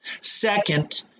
Second